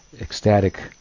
ecstatic